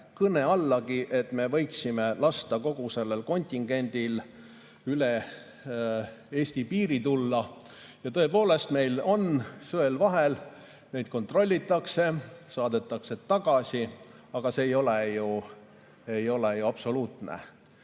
kõne allagi, et me võiksime lasta kogu sellel kontingendil üle Eesti piiri tulla. Tõepoolest, meil on sõel vahel, neid kontrollitakse, saadetakse tagasi. Aga see ei ole ju absoluutne,